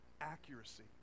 accuracy